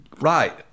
Right